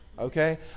Okay